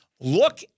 Look